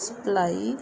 supply